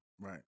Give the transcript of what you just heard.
right